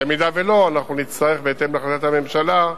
אם לא, אנחנו נצטרך, בהתאם להחלטת הממשלה,